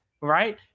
right